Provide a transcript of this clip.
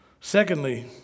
Secondly